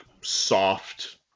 soft